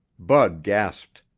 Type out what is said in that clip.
bud gasped.